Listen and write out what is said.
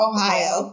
Ohio